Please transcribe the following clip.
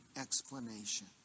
explanation